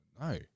no